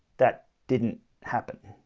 that didn't happen.